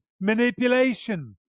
manipulation